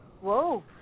whoa